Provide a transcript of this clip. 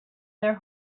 their